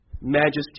majesty